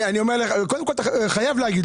אתה חייב להגיד.